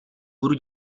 budu